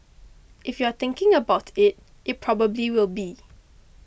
if you're thinking about it it probably will be